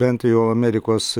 bent jau amerikos